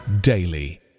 daily